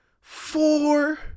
four